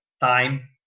time